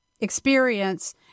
experience